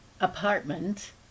apartment